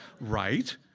Right